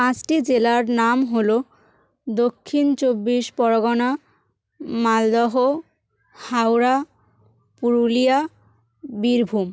পাঁচটি জেলার নাম হল দক্ষিণ চব্বিশ পরগনা মালদহ হাওড়া পুরুলিয়া বীরভূম